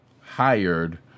hired